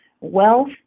Wealth